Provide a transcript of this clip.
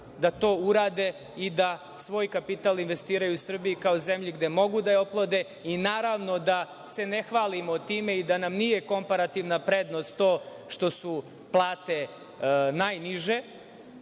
da to urade i da svoj kapital investiraju u Srbiji, kao zemlji koju mogu da je oplode. Naravno da se ne hvalimo time i da nam nije komparativna prednost to što su plate najniže,